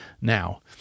now